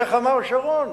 איך אמר שרון?